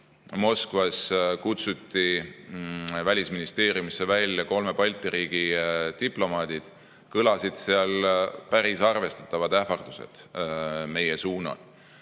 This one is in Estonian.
Moskvas kutsuti välisministeeriumisse välja kolme Balti riigi diplomaadid, kõlasid seal päris arvestatavad ähvardused meie suunal.